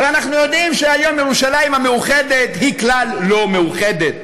הרי אנחנו יודעים שהיום ירושלים המאוחדת היא כלל לא מאוחדת,